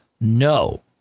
no